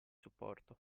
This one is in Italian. supporto